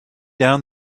down